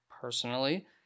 personally